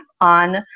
on